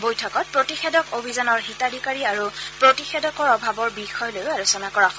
বৈঠকত প্ৰতিষেধক অভিযানৰ হিতাধিকাৰী আৰু প্ৰতিষেধকৰ অভাৱৰ বিয়য় লৈও আলোচনা কৰা হয়